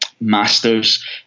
master's